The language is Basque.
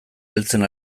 heltzen